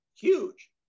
huge